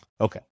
Okay